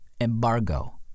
embargo